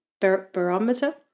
barometer